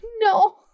No